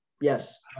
yes